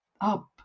up